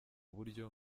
buryo